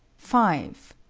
five.